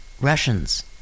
Russians